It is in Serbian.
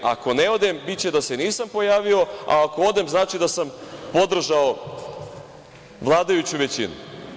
Ako ne odem, biće da se nisam pojavio, a ako odem znači da sam podržao vladajuću većinu“